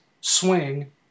swing